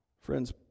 friends